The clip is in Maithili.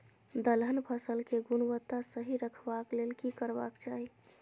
दलहन फसल केय गुणवत्ता सही रखवाक लेल की करबाक चाहि?